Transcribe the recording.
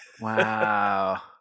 Wow